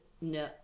no